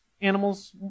animals